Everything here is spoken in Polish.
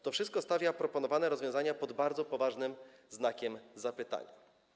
To wszystko stawia proponowane rozwiązania pod bardzo dużym znakiem zapytania.